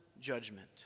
judgment